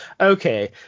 okay